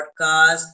podcast